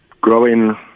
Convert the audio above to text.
growing